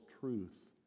truth